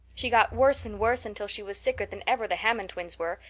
she got worse and worse until she was sicker than ever the hammond twins were,